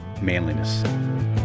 manliness